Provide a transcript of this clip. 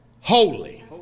holy